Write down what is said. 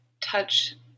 touch